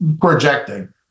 projecting